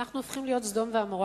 אנחנו הופכים להיות סדום ועמורה